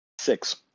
Six